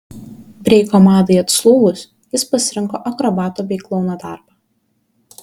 breiko madai atslūgus jis pasirinko akrobato bei klouno darbą